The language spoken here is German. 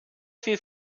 viel